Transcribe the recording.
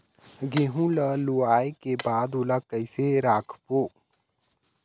गेहूं ला लुवाऐ के बाद ओला कइसे राखबो?